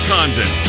Condon